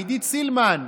עידית סילמן,